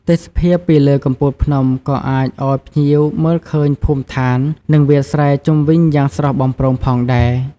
ទេសភាពពីលើកំពូលភ្នំក៏អាចឲ្យភ្ញៀវមើលឃើញភូមិឋាននិងវាលស្រែជុំវិញយ៉ាងស្រស់បំព្រងផងដែរ។